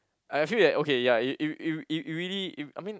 I feel that okay ya it it it it really it I mean